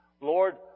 Lord